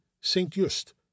Saint-Just